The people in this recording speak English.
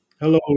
Hello